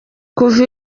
kuva